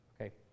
okay